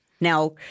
Now